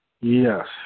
Yes